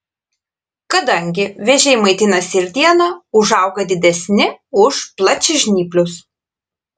kadangi vėžiai maitinasi ir dieną užauga didesni už plačiažnyplius